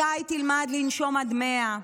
מתי תלמד לנשום עד 100,